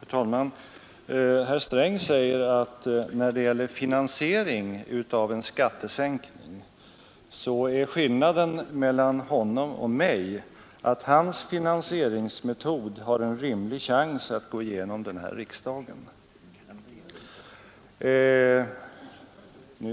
Herr talman! Herr Sträng säger att när det gäller finansieringen av en skattesänkning är skillnaden mellan honom och mig att hans finansieringsmetod har en rimlig chans att gå igenom i riksdagen. Nu